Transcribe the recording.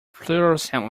fluorescent